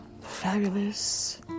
Fabulous